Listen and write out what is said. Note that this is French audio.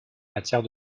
matière